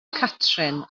catrin